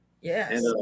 Yes